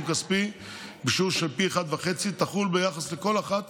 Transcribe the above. כספי בשיעור של פי אחד וחצי תחול ביחס לכל אחת